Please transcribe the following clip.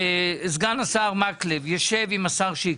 שסגן השר מקלב ישב עם השר שיקלי.